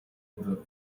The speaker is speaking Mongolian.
бүр